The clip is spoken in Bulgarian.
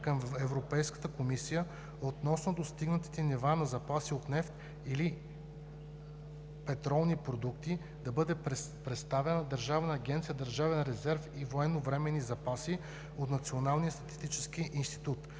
към Европейската комисия относно достигнатите нива на запаси от нефт и/или петролни продукти да бъде представян на Държавната агенция „Държавен резерв и военновременни запаси“ от Националния статистически институт;